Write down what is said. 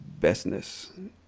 bestness